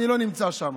אני לא נמצא שם.